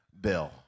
bill